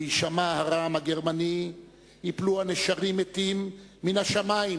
"בהישמע הרעם הגרמני ייפלו הנשרים מתים מן השמים,